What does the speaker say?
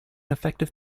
effective